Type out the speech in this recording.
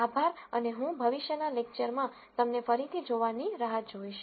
આભાર અને હું ભવિષ્યના લેકચરમાં તમને ફરીથી જોવાની રાહ જોઇશ